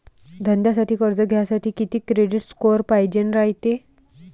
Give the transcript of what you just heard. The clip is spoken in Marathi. धंद्यासाठी कर्ज घ्यासाठी कितीक क्रेडिट स्कोर पायजेन रायते?